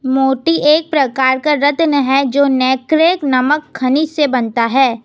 मोती एक प्रकार का रत्न है जो नैक्रे नामक खनिज से बनता है